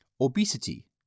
obesity